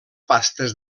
pastes